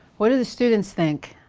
what do the students think?